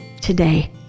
today